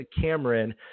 Cameron